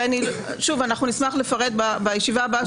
ושוב נשמח לפרט בישיבה הבאה,